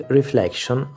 reflection